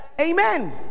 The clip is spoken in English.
Amen